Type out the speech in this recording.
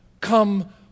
Come